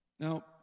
Now